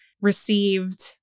received